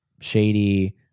shady